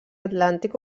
atlàntic